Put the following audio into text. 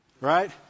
Right